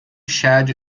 chad